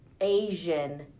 Asian